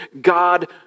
God